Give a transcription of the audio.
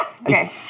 Okay